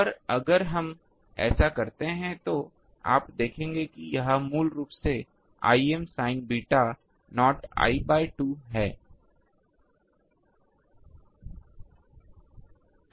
और अगर हम ऐसा करते हैं तो आप देखेंगे कि यह मूल रूप से Im sin beta not I by 2 है